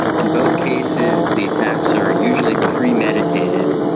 in both cases the attacks are usually premeditated,